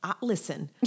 listen